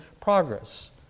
progress